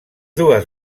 dues